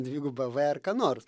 dvigubą v ar ką nors